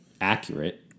accurate